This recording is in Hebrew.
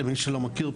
למי שלא מכיר,